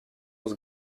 was